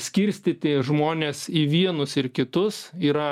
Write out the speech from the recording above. skirstyti žmones į vienus ir kitus yra